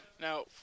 Now